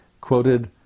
quoted